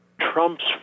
Trump's